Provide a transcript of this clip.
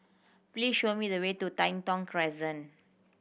please show me the way to Tai Thong Crescent